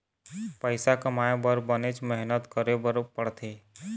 पइसा कमाए बर बनेच मेहनत करे बर पड़थे